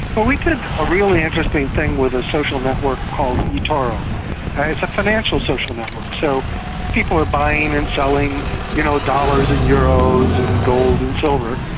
well we did a really interesting thing with a social network called etoro. and it's a financial social network, so people are buying and selling you know dollars and euros and gold and silver.